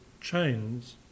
chains